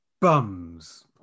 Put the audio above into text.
Bums